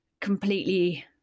completely